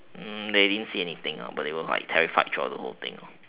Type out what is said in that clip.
mm they didn't see anything lah but they were like terrified throughout the whole thing